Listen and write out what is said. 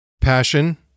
Passion